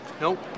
Nope